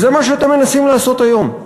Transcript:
וזה מה שאתם מנסים לעשות היום.